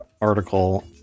article